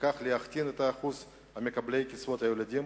וכך להקטין את אחוז מקבלי קצבאות הילדים